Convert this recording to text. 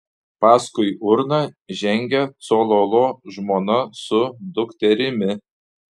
paskui urną žengė cololo žmona su dukterimi